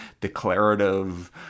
declarative